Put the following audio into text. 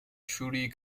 truly